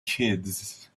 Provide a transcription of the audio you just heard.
kids